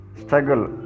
struggle